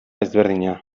ezberdina